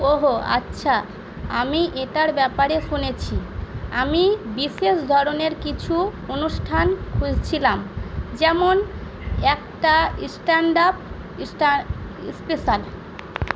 ওহ হো আচ্ছা আমি এটার ব্যাপারে শুনেছি আমি বিশেষ ধরনের কিছু অনুষ্ঠান খুঁজছিলাম যেমন একটা স্ট্যান্ড আপ স্ট্যা স্পেশাল